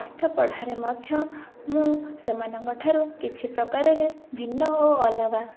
ପାଠପଢ଼ାରେ ମଧ୍ୟ ମୁଁ ସେମାନଙ୍କ ଠାରୁ କିଛି ପ୍ରକାରରେ ଭିନ୍ନ ଓ ଅଲଗା